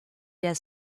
der